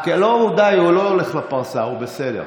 לא, די, הוא לא הולך לפרסה, הוא בסדר.